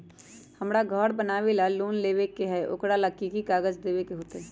हमरा घर बनाबे ला लोन लेबे के है, ओकरा ला कि कि काग़ज देबे के होयत?